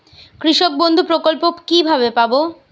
কৃষকবন্ধু প্রকল্প কিভাবে পাব?